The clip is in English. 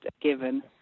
given